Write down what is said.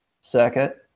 circuit